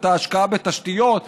את ההשקעה בתשתיות,